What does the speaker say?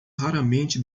raramente